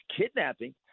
kidnapping